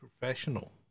professional